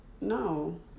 no